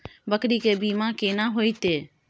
बकरी के बीमा केना होइते?